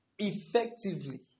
effectively